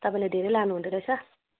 तपाईँले धेरै लानु हुँदोरहेछ